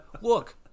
look